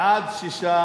בעד, 6,